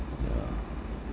yeah